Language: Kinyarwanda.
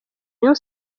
rayon